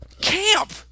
camp